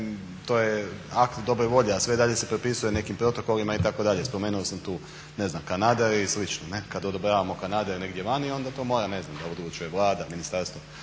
to je akt dobre volje, a sve dalje se propisuje nekim protokolima itd. Spomenuo sam tu ne znam Kanada i slično, ne kad odobravamo Kanada je negdje vani onda to mora ne znam da li odlučuje Vlada, ministarstvo,